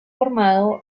formado